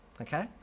okay